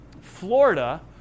Florida